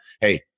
hey